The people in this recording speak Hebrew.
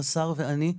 השר ואני,